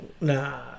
Nah